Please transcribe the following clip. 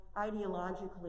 ideologically